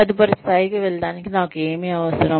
తదుపరి స్థాయికి వెళ్లడానికి నాకు ఏమి అవసరం